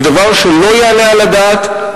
זה דבר שלא יעלה על הדעת,